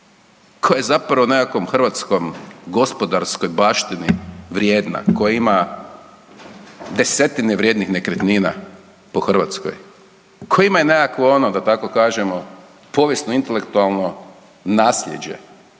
koja je nekakvoj hrvatskoj gospodarskoj baštini vrijedna, koja ima desetine vrijednih nekretnina po Hrvatskoj, koja ima i nekakvo ono da tako kažemo, povijesno-intelektualno nasljeđe